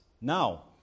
Now